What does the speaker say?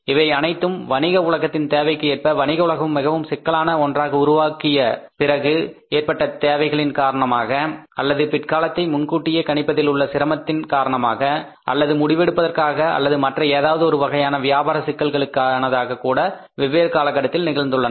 இவை அனைத்தும் வணிக உலகத்தின் தேவைக்கு ஏற்ப வணிக உலகம் மிகவும் சிக்கலான ஒன்றாக உருவாக்கிய பிறகு ஏற்பட்ட தேவைகளின் காரணமாக அல்லது பிற்காலத்தை முன்கூட்டியே கணிப்பதில் உள்ள சிரமத்தின் காரணமாக அல்லது முடிவெடுப்பதற்காக அல்லது மற்ற ஏதாவது ஒரு வகையான வியாபார சிக்கல்களுக்கானதாக கூட வெவ்வேறு காலகட்டத்தில் நிகழ்ந்துள்ளன